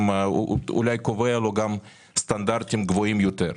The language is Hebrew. הוא אולי קובע לו גם סטנדרטים גבוהים יותר.